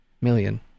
million